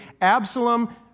Absalom